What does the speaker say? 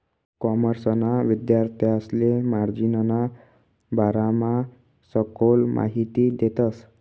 कॉमर्सना विद्यार्थांसले मार्जिनना बारामा सखोल माहिती देतस